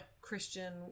Christian